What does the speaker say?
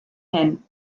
hyn